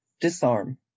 Disarm